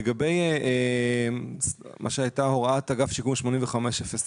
לגבי מה שהייתה הוראת אגף שיקום 85.01,